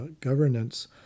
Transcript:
governance